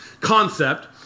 concept